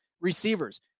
receivers